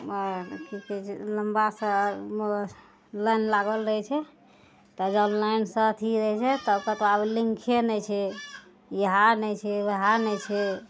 की कहय छै लम्बासँ लाइन लागल रहय छै तऽ जब लाइनसँ अथी रहय छै तब कहतौ आब लिंके नहि छै इएहे नहि छै वएहे नहि छै